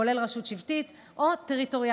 כולל רשות שבטית או טריטוריאלית,